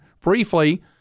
briefly